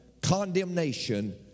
condemnation